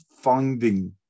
finding